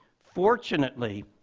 fortunately,